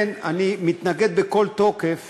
לכן אני מתנגד בכל תוקף